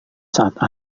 saat